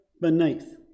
beneath